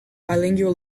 bilingual